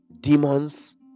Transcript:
Demons